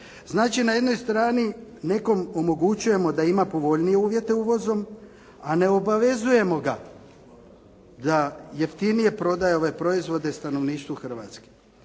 Znači na jednoj strani nekom omogućujemo da ima povoljnije uvjete uvozom a ne obavezujemo ga da jeftinije prodaje ove proizvode stanovništvu Hrvatske.